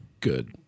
good